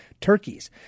Turkeys